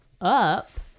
up